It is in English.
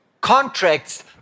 contracts